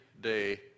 day